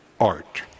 art